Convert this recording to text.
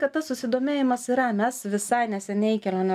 kad tas susidomėjimas yra mes visai neseniai kelionių